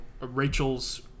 Rachel's